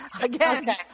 Again